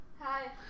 Hi